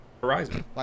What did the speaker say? Horizon